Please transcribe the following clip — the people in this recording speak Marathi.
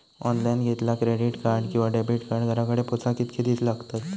ऑनलाइन घेतला क्रेडिट कार्ड किंवा डेबिट कार्ड घराकडे पोचाक कितके दिस लागतत?